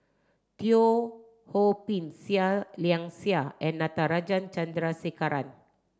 Teo Ho Pin Seah Liang Seah and Natarajan Chandrasekaran